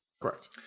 Correct